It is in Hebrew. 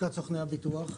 מלשכת סוכני הביטוח.